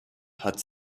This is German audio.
hat